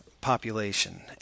population